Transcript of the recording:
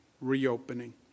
reopening